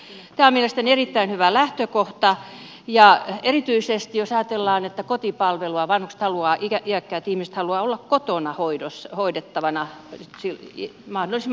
tämä on mielestäni erittäin hyvä lähtökohta erityisesti jos ajatellaan että kotipalvelua vanhukset haluavat iäkkäät ihmiset haluavat olla kotona hoidettavana mahdollisimman pitkään